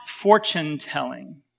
fortune-telling